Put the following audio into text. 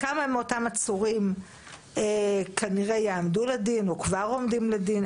כמה מאותם עצורים כנראה יעמדו לדין או כבר עומדים לדין?